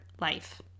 life